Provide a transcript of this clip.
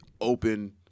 open